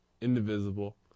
indivisible